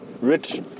rich